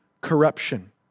corruption